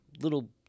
little